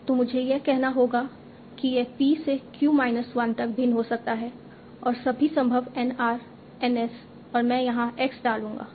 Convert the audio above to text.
तो मुझे यह कहना होगा कि यह p से q माइनस 1 तक भिन्न हो सकता है और सभी संभव N r N s और मैं यहां x डालूंगा